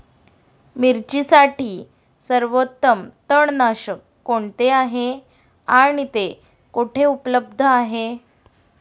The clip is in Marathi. मिरचीसाठी सर्वोत्तम तणनाशक कोणते आहे आणि ते कुठे उपलब्ध आहे?